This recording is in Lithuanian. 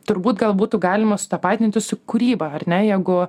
turbūt gal būtų galima sutapatinti su kūryba ar ne jeigu